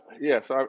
Yes